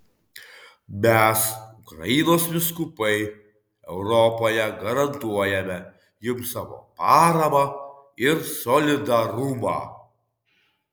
mes ukrainos vyskupai europoje garantuojame jums savo paramą ir solidarumą